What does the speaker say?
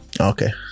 Okay